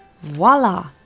voila